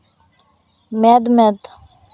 ᱢᱮᱫ ᱢᱮᱫ